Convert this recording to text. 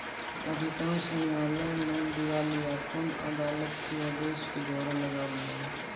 अधिकांश न्यायालय में दिवालियापन अदालत के आदेश के द्वारा लगावल जाला